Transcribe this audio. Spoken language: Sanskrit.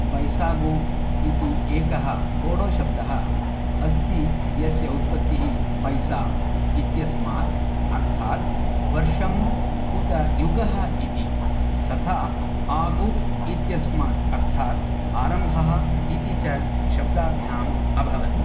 बैसागु इति एकः बोडो शब्दः अस्ति यस्य उत्पत्तिः बैसा इत्यस्मात् अर्थात् वर्षम् उत युगः इति तथा आगु इत्यस्मात् अर्थात् आरम्भः इति च शब्दाभ्याम् अभवत्